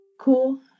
Cool